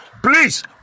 Please